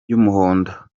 y’umuhondo